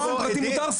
באופן פרטי מותר,